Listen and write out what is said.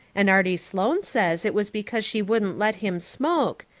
and arty sloane says it was because she wouldn't let him smoke,